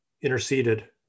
interceded